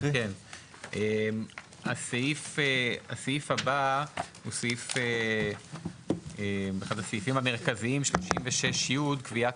הסעיף הבא הוא אחד הסעיפים המרכזיים: 36י' "קביעת